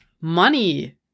Money